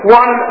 one